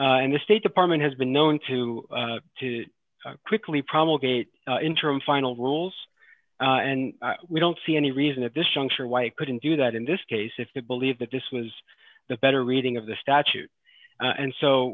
and the state department has been known to to quickly promulgated interim final rules and we don't see any reason at this juncture white couldn't do that in this case if they believe that this was the better reading of the statute and so